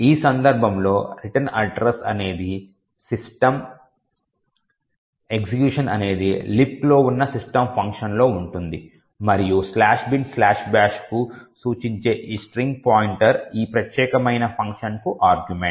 ఈ సందర్భంలో return address అనేది సిస్టమ్ ఎగ్జిక్యూషన్ అనేది లిబ్క్లో ఉన్న సిస్టమ్ ఫంక్షన్లో ఉంటుంది మరియు "binbash"కు సూచించే ఈ స్ట్రింగ్ పాయింటర్ ఈ ప్రత్యేకమైన ఫంక్షన్ కు ఆర్గ్యుమెంట్